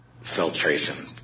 filtration